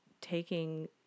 taking